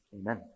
Amen